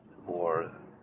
more